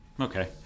Okay